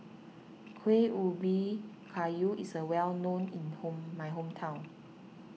Kueh Ubi Kayu is well known in my hometown